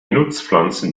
nutzpflanzen